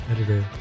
Editor